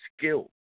skill